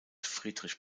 friedrich